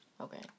Okay